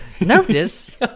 Notice